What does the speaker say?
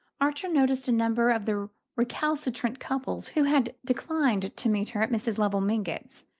archer noticed a number of the recalcitrant couples who had declined to meet her at mrs. lovell mingott's.